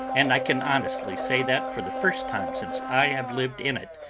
and i can honestly say that, for the first time since i have lived in it,